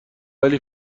ولی